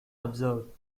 observed